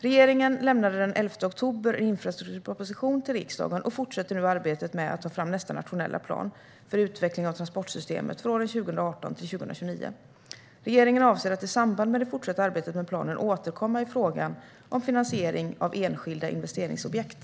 Regeringen lämnade den 11 oktober en infrastrukturproposition till riksdagen och fortsätter nu arbetet med att ta fram nästa nationella plan för utveckling av transportsystemet för åren 2018-2029. Regeringen avser att i samband med det fortsatta arbetet med planen återkomma i frågan om finansiering av enskilda investeringsobjekt.